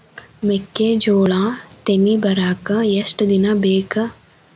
ಮೆಕ್ಕೆಜೋಳಾ ತೆನಿ ಬರಾಕ್ ಎಷ್ಟ ದಿನ ಬೇಕ್?